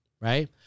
right